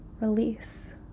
release